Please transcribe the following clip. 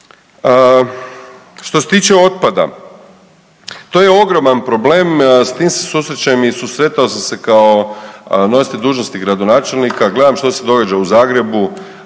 Što se tiče otpada. To je ogroman problem. S tim se susrećem i susretao sam se kao nositelj dužnosti gradonačelnika. Gledam što se događa u Zagrebu.